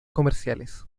comerciales